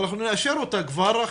אבל אנחנו נאשר אותה כבר עכשיו.